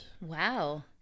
wow